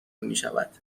میشود